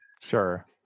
Sure